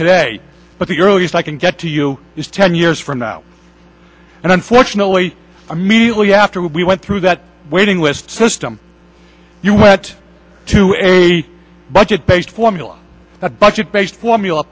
today but the earliest i can get to you is ten years from now and unfortunately immediately after we went through that waiting list system you went to a budget based formula that budget based formula